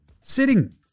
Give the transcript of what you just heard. sitting